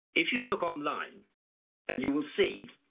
if you look online and you will see